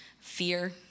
fear